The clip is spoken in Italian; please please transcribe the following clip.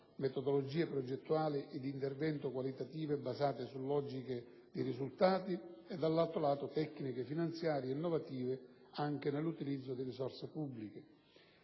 metodologie progettuali e di intervento qualitative basate su logiche di risultato e, dall'altro lato, tecniche finanziarie innovative anche nell'utilizzo di risorse pubbliche;